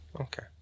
Okay